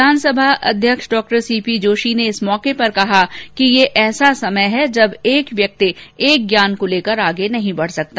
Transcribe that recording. विधानसभा अध्यक्ष डॉ सीपी जोशी ने इस अवसर पर कहा कि यह ऐसा समय है जब एक व्यक्ति एक ज्ञान को लेकर आगे नहीं बढ़ सकता